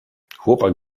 chłopak